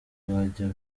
byajya